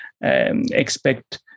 expect